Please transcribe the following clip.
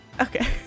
Okay